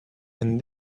and